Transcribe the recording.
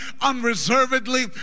unreservedly